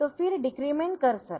तो फिर decrement cursor